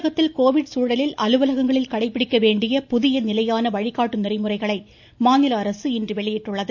தமிழகத்தில் கோவிட் சூழலில் அலுவலகங்களில் கடைபிடிக்க வேண்டிய புதிய நிலையான வழிகாட்டு நெறிமுறைகளை மாநில அரசு இன்று வெளியிட்டுள்ளது